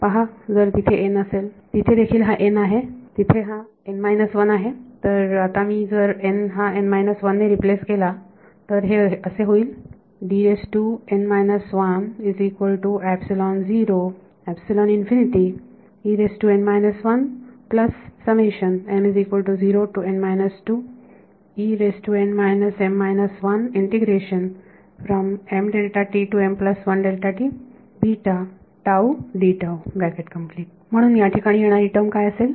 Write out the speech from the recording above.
पहा जर तिथे असेल तिथे देखील हा आहे तिथे हा आहे तर आता मी जर हा ने रिप्लेस केला तर हे होईल असे म्हणून याठिकाणी येणारी टर्म काय असेल